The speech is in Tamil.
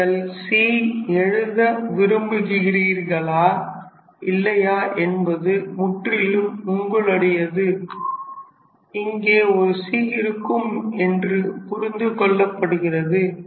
நீங்கள் c எழுத விரும்புகிறீர்களா இல்லையா என்பது முற்றிலும் உங்களுடையது இங்கே ஒரு c இருக்கும் என்று புரிந்து கொள்ளப்படுகிறது